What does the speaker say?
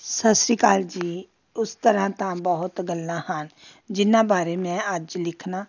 ਸਤਿ ਸ਼੍ਰੀ ਅਕਾਲ ਜੀ ਉਸ ਤਰ੍ਹਾਂ ਤਾਂ ਬਹੁਤ ਗੱਲਾਂ ਹਨ ਜਿਨ੍ਹਾਂ ਬਾਰੇ ਮੈਂ ਅੱਜ ਲਿਖਣਾ